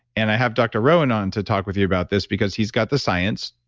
and i have dr. rowen on to talk with you about this because he's got the science